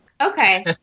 Okay